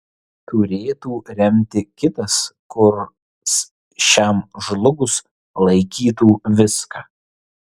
turėtų remti kitas kurs šiam žlugus laikytų viską